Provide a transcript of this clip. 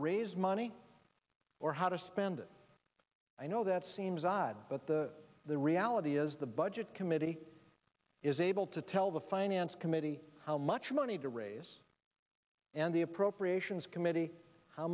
raise money or how to spend it i know that seems odd but the the reality is the budget committee is able to tell the finance committee how much money to raise and the appropriations committee how